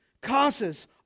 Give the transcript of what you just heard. causes